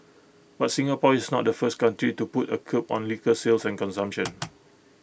but Singapore is not the first country to put A curb on liquor sales and consumption